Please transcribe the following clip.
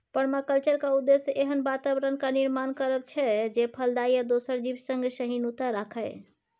परमाकल्चरक उद्देश्य एहन बाताबरणक निर्माण करब छै जे फलदायी आ दोसर जीब संगे सहिष्णुता राखय